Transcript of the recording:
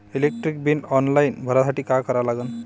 Electric bill online भरासाठी का करा लागन?